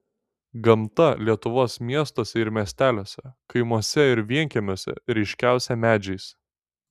gamta lietuvos miestuose ir miesteliuose kaimuose ir vienkiemiuose ryškiausia medžiais